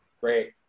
Great